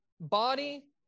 body